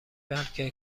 بلکه